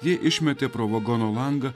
ji išmetė pro vagono langą